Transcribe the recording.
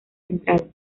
central